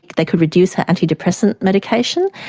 they could reduce her antidepressant medication,